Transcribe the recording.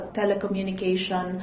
telecommunication